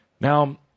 Now